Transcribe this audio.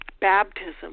baptism